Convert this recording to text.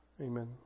Amen